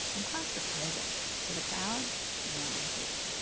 i'm claustrophobic, so the crowds? not my thing.